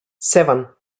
seven